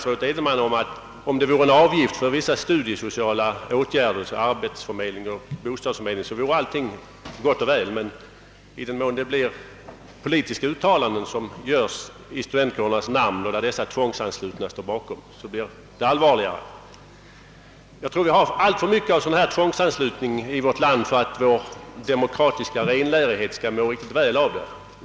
Om det vore fråga om en avgift för vissa studiesociala åtgärder — arbetsförmedling, bostadsförmedling o.s.v. — vore allt gott och väl, men i den mån politiska uttalanden görs i studentkårernas namn och där dessa tvångsanslutna står bakom blir frågan allvarligare. Vi har alltför mycken tvångsanslutning i vårt land för att vår demokratiska renlärighet skall må väl av det.